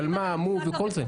של מה מו וכל זה.